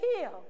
heal